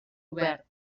obert